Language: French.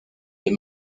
des